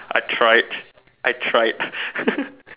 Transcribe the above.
I tried I tried